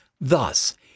Thus